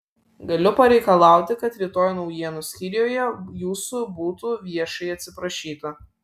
galiu pareikalauti kad rytoj naujienų skyriuje jūsų būtų viešai atsiprašyta